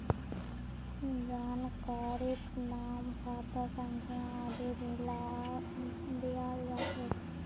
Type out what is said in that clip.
जानकारीत नाम खाता संख्या आदि दियाल जा छेक